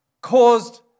caused